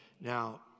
Now